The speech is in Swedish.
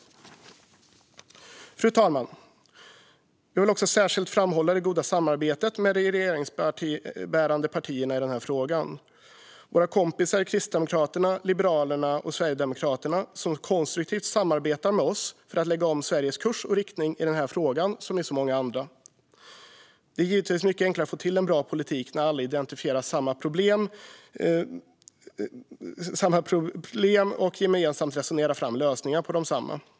Fru talman! Jag vill särskilt framhålla det goda samarbetet med de regeringsbärande partierna i denna fråga. Våra kompisar i Kristdemokraterna, Liberalerna och Sverigedemokraterna samarbetar konstruktivt med oss för att lägga om Sveriges kurs och riktning i denna fråga liksom i många andra. Det är givetvis mycket enklare att få till en bra politik när alla identifierar samma problem och gemensamt resonerar fram lösningar på dem.